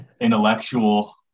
intellectual